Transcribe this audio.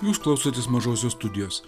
jūs klausotės mažosios studijos